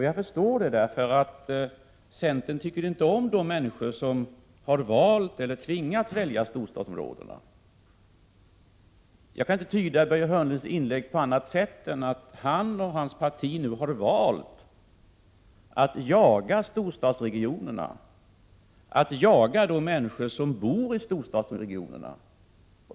Jag förstår det, eftersom centern inte tycker om de människor som har valt eller tvingats välja storstadsområdena som bostadsort. Jag kan inte tyda Börje Hörnlunds inlägg på annat sätt än att han och hans parti nu har valt att jaga de människor som bor i storstadsregionerna.